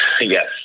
Yes